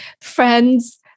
friends